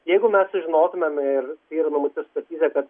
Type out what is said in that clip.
jeigu mes sužinotumėm ir tai yra numatyta sutartyse kad